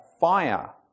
fire